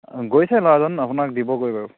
অঁ গৈছে ল'ৰাজন আপোনাক দিবগৈ বাৰু